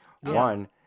One